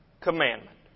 commandment